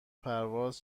پرواز